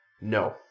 No